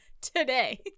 today